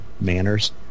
manners